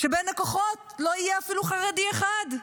שבין הכוחות לא יהיה אפילו חרדי אחד.